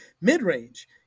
mid-range